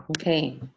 Okay